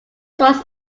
was